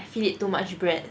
I feed it too much bread